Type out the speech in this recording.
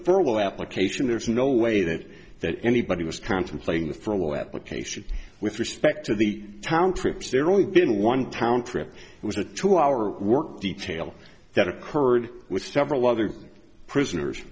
fertile application there's no way that that anybody was contemplating the for a weapon with respect to the town trips there only been one town trip was a two hour work detail that occurred with several other prisoners